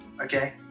okay